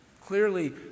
clearly